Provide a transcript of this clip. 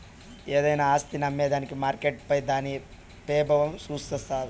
ఏదైనా ఆస్తిని అమ్మేదానికి మార్కెట్పై దాని పెబావం సూపిస్తాది